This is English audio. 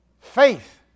Faith